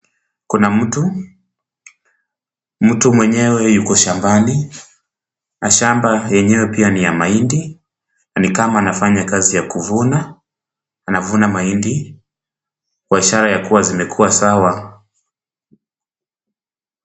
Kuna mtu, mtu mwenyewe yuko shambani, na shamba yenyewe pia ni ya mahindi na ni kama anafanya kazi ya kuvuna, anavuna mahindi kwa ishara kuwa zimekuwa sawa.